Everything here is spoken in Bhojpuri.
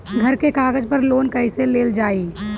घर के कागज पर लोन कईसे लेल जाई?